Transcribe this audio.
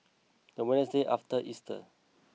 the Wednesday after Easter